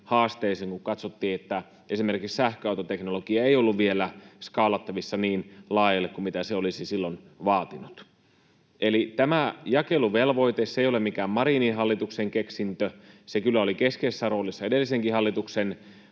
haasteisiin, kun katsottiin, että esimerkiksi sähköautoteknologia ei ollut vielä skaalattavissa niin laajalle kuin mitä se olisi silloin vaatinut. Eli tämä jakeluvelvoite ei ole mikään Marinin hallituksen keksintö. Se kyllä oli keskeisessä roolissa edellisenkin hallituksen